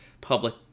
public